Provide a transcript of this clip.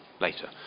later